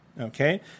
Okay